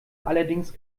allerdings